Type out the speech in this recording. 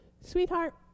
Sweetheart